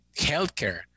healthcare